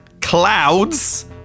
clouds